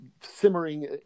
simmering